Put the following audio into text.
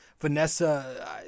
Vanessa